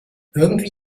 irgendwie